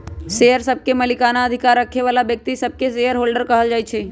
share सभके मलिकना अधिकार रखे बला व्यक्तिय सभके शेयर होल्डर कहल जाइ छइ